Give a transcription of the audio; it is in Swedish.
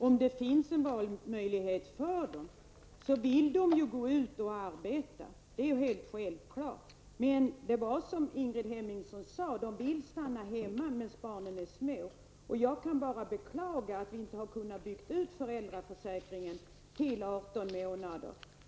Om det finns en valmöjlighet för dem vill de gå ut och arbeta. Det är helt självklart. Men det är på det sättet som Ingrid Hemmingsson sade att de vill stanna hemma när barnen är små. Och jag kan bara beklaga att vi inte har kunnat bygga ut föräldraförsäkringen till 18 månader.